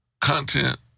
content